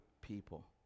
people